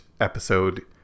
episode